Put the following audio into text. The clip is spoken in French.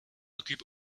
occupe